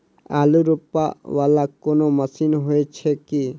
आलु रोपा वला कोनो मशीन हो छैय की?